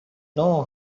know